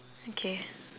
okay